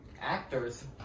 actors